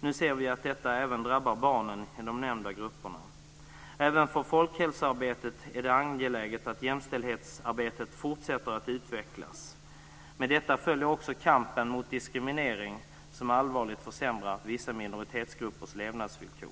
Nu ser vi att detta även drabbar barnen i de nämnda grupperna. Även för folkhälsoarbetet är det angeläget att jämställdhetsarbetet fortsätter att utvecklas. Med detta följer också kampen mot diskriminering, som allvarligt försämrar vissa minoritetsgruppers levnadsvillkor.